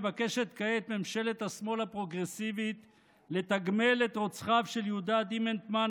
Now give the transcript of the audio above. מבקשת כעת ממשלת השמאל הפרוגרסיבית לתגמל את רוצחיו של יהודה דימנטמן,